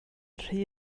rhy